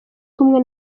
kumwe